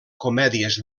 comèdies